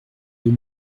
deux